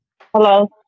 Hello